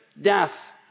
death